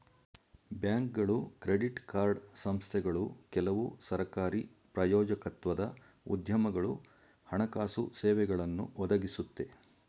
ಬ್ಯಾಂಕ್ಗಳು credit card ಸಂಸ್ಥೆಗಳು ಕೆಲವು ಸರಕಾರಿ ಪ್ರಾಯೋಜಕತ್ವದ ಉದ್ಯಮಗಳು ಹಣಕಾಸು ಸೇವೆಗಳನ್ನು ಒದಗಿಸುತ್ತೆ